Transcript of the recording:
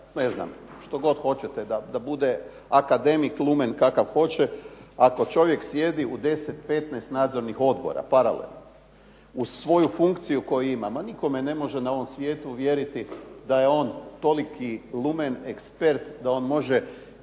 ne znam što god hoćete da bude, akademik, lumen kakav hoće, ako čovjek sjedi u 10, 15 nadzornih odbora paralelno. Uz svoju funkciju koju ima ma nitko me ne može na ovom svijetu uvjeriti da je on toliki lumen ekspert, da on može